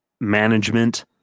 management